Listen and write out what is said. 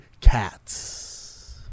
cats